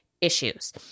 issues